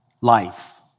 life